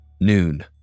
Noon